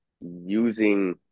using